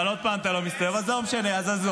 עוד פעם אתה לא מסתובב, אז לא משנה, עזוב.